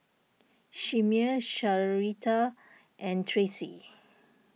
Chimere Sharita and Tracee